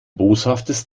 boshaftes